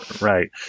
Right